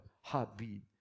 heartbeat